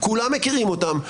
כולם מכירים אותם.